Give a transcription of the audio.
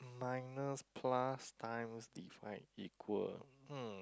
minus plus times divide equal